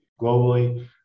globally